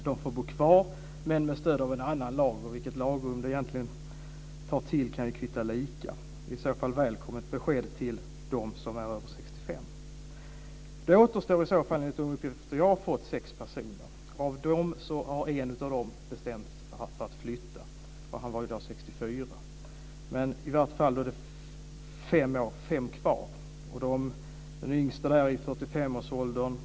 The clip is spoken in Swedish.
De får bo kvar, men med stöd av en annan lag. Vilket lagrum man tar till kan ju kvitta lika. Det här är i så fall ett välkommet besked till dem som är över 65 år. Då återstår enligt de uppgifter jag har fått sex personer. En av dem har bestämt sig för att flytta. Han är 64 år. I vart fall är det fem kvar. Den yngste är i 45 årsåldern.